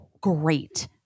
great